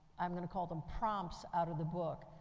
i'm going the call them prompts out of the book,